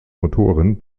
motoren